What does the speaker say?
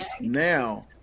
now